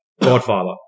Godfather